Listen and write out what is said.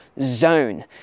zone